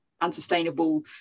unsustainable